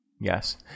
Yes